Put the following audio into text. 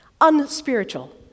Unspiritual